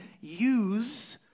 use